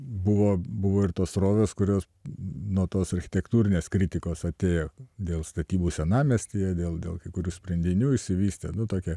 buvo buvo ir tos srovės kurios nuo tos architektūrinės kritikos atėjo dėl statybų senamiestyje dėl dėl kai kurių sprendinių išsivystė nu tokia